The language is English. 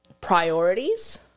Priorities